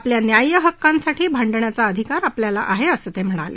आपल्या न्यायहक्कासाठी भांड्ण्याचा अधिकार आम्हाला आहे असं ते म्हणाले